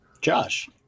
Josh